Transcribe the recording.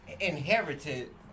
inherited